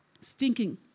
stinking